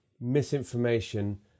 misinformation